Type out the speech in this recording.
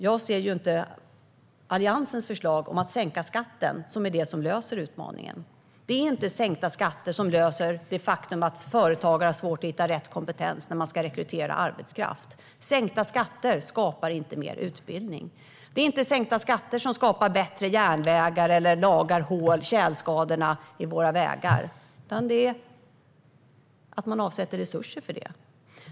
Jag ser inte Alliansens förslag om att sänka skatten som det som löser utmaningen. Det är inte sänkta skatter som löser det faktum att företagare har svårt att hitta rätt kompetens när de ska rekrytera arbetskraft. Sänkta skatter skapar inte mer utbildning. Det är inte sänkta skatter som skapar bättre järnvägar och lagar hål och tjälskador i våra vägar, utan det är att resurser avsätts för dessa insatser.